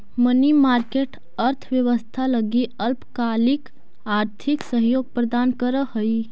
money market अर्थव्यवस्था लगी अल्पकालिक आर्थिक सहयोग प्रदान करऽ हइ